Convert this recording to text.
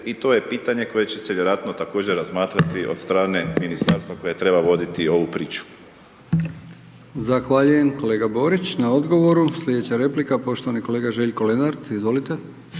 i to je pitanje koje će se vjerojatno također razmatrati od strane ministarstva koje treba voditi ovu priču. **Brkić, Milijan (HDZ)** Zahvaljujem kolega Borić na odgovoru. Sljedeća replika, poštovani kolega Željko Lenart, izvolite.